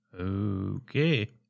Okay